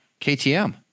KTM